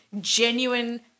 genuine